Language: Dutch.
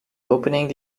opening